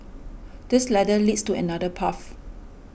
this ladder leads to another path